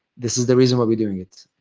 this is the reason why we're doing it.